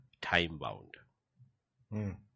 time-bound